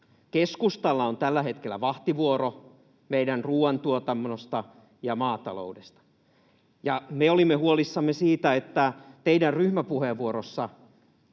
Keskustalla on tällä hetkellä vahtivuoro meidän ruoantuotannon ja maatalouden osalta, ja me olimme huolissamme siitä, että teidän ryhmäpuheenvuorossanne